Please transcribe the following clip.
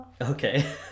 Okay